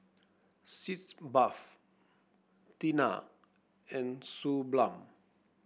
Sitz Bath Tena and Suu Balm